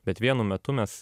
bet vienu metu mes